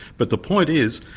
but the point is,